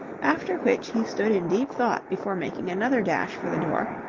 after which he stood in deep thought before making another dash for the door,